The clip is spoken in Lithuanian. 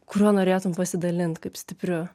kuriuo norėtum pasidalint kaip stipriu